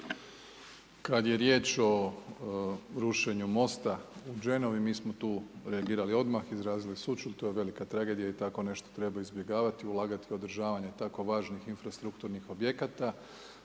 Kad je riječ o rušenju mosta u Genovi, mi smo tu reagirali odmah, izrazili sućut, to je velika tragedija i tako nešto treba izbjegavati i ulagati u održavanje tako važnih infrastrukturnih objekata.